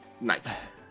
Nice